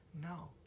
No